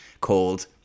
called